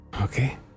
Okay